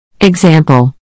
Example